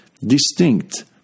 distinct